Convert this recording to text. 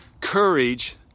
courage